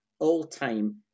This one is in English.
all-time